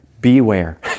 Beware